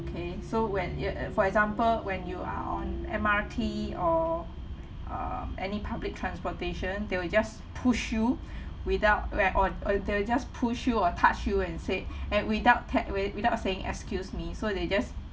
okay so when y~ for example when you are on M_R_T or um any public transportation they will just push you without where on uh they will just push you or touch you and said and without te~ wit~ without saying excuse me so they just